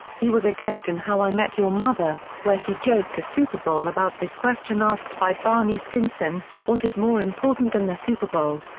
he was a guest in how i met your mother, where he joked to super bowl about this question asked by barney stinson what is more important than the super bowl?